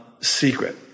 secret